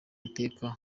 iteka